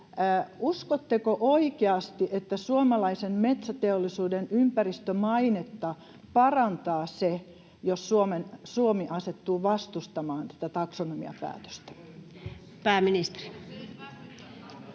uskotteko oikeasti, että suomalaisen metsäteollisuuden ympäristömainetta parantaa se, jos Suomi asettuu vastustamaan tätä taksonomiapäätöstä? [Leena Meri: